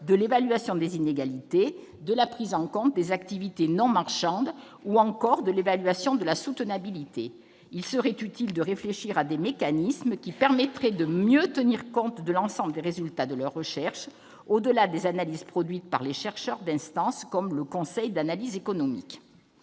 de l'évaluation des inégalités, de la prise en compte des activités non marchandes ou encore de l'évaluation de la soutenabilité. Il serait utile de réfléchir à des mécanismes qui permettraient de mieux tenir compte de l'ensemble des résultats de leurs recherches, au-delà des analyses produites par les chercheurs d'instances telles que le Conseil d'analyse économique.